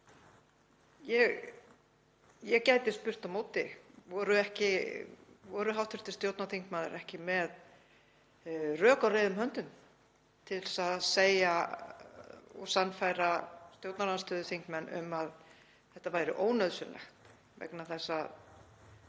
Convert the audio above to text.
Ég gæti spurt á móti: Voru hv. stjórnarþingmenn ekki með rök á reiðum höndum til að sannfæra stjórnarandstöðuþingmenn um að þetta væri ónauðsynlegt vegna þess að